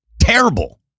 terrible